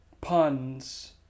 puns